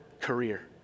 career